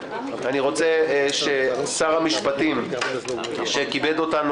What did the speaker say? אני רוצה שידבר שר המשפטים שכיבד אותנו